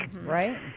Right